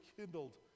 kindled